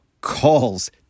calls